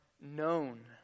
known